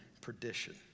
perdition